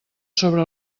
sobre